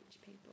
people